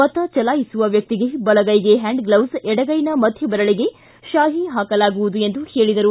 ಮತ ಚಲಾಯಿಸುವ ವ್ಯಕ್ತಿಗೆ ಬಲಗೈಗೆ ಹ್ಯಾಂಡ್ ಗ್ಲಿಸ್ ಎಡಗೈನ ಮಧ್ಯ ಬೆರಳಗೆ ಶಾಯಿ ಹಾಕಲಾಗುವುದು ಎಂದರು